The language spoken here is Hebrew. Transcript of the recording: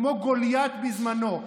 כמו גוליית בזמנו,